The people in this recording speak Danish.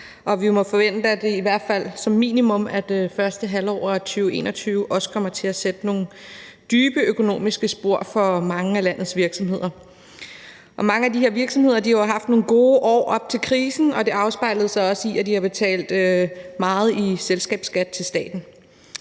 vi må forvente, at i hvert fald som minimum det første halvår af 2021 også vil komme til at sætte nogle dybe økonomiske spor i mange af landets virksomheder. Mange af de her virksomheder har haft nogle gode år op til krisen, og det har også afspejlet sig i, at de har betalt meget i selskabsskat til staten.